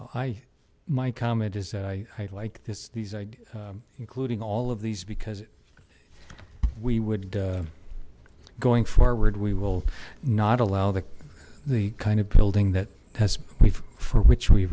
hi my comment is that i like this these are including all of these because we would going forward we will not allow the the kind of building that has we've for which we